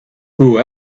who